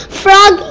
frog